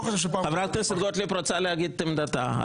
חברת הכנסת גוטליב רוצה להגיד את עמדתה.